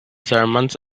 germans